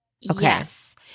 Yes